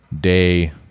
day